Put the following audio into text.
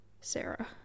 Sarah